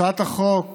הצעת החוק,